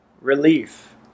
relief